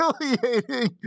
humiliating